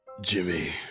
Jimmy